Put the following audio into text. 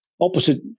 opposite